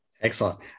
Excellent